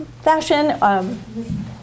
fashion